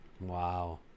Wow